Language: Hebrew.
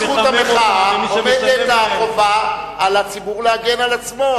מול זכות המחאה עומדת החובה על הציבור להגן על עצמו,